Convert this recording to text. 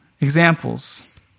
examples